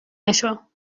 نشو